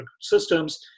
systems